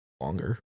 longer